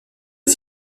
est